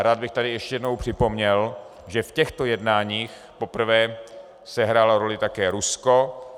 Rád bych tady ještě jednou připomněl, že v těchto jednáních poprvé sehrálo roli také Rusko.